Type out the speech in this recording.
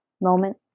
moment